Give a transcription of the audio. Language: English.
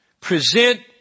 present